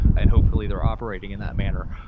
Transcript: and hopefully they're operating in that manner.